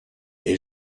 est